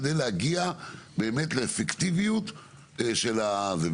כדי להגיע באמת לאפקטיביות של הזה.